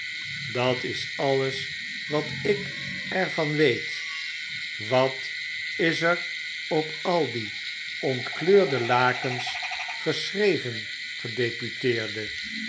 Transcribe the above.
dat is alles wat ik er van weet wat is er op al die ontkleurde lakens geschreven gedeputeerde